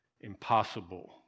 impossible